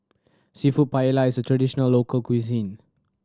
Seafood Paella is a traditional local cuisine